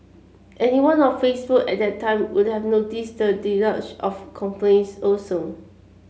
anyone on Facebook at that time would have noticed the deluge of complaints also